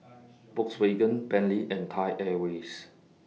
Volkswagen Bentley and Thai Airways